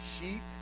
Sheep